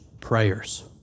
prayers